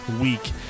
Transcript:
week